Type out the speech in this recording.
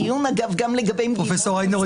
פרופ' איינהורן,